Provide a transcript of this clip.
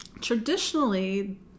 traditionally